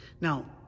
now